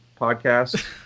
podcast